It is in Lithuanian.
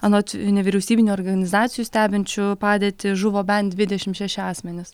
anot nevyriausybinių organizacijų stebinčių padėtį žuvo bent dvidešim šeši asmenys